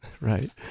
Right